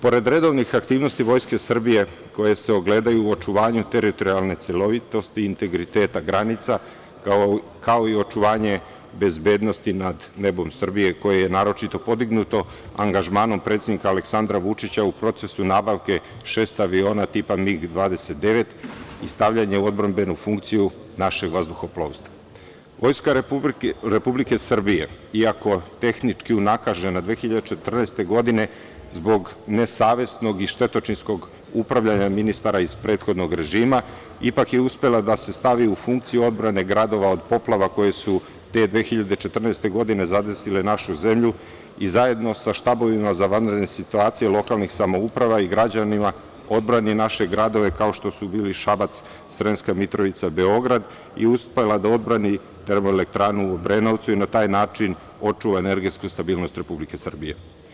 Pored redovnih aktivnosti Vojske Srbije, koje se gledaju u očuvanju teritorijalne celovitosti i integriteta granica, kao i očuvanje bezbednosti nad nebom Srbije, koje je naročito podignuto angažmanom predsednika Aleksandra Vučića u procesu nabavke šest aviona tipa MIG 29 i stavljanje u odbrambenu funkciju našeg vazduhoplovstva, Vojska Republike Srbije, iako tehnički unakažena 2014. godine, zbog nesavesnog i štetočinskog upravljanja ministara iz prethodnog režima, ipak je uspela da se stavi u funkciju odbrane gradova od poplava, koje su te 2014. godine zadesile našu zemlju i, zajedno sa štabovima za vanredne situacije lokalnih samouprava i građanima, odbrani naše gradove kao što su bili Šabac, Sremska Mitrovica, Beograd i uspela da odbrani termoelektranu u Obrenovcu i na taj način očuva energetsku stabilnost Republike Srbije.